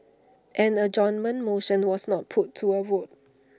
an adjournment motion was not put to A vote